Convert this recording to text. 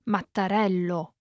Mattarello